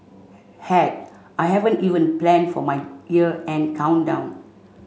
heck I haven't even plan for my year end countdown